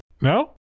No